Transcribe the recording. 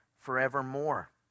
forevermore